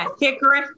Hickory